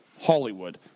Hollywood